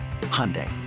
Hyundai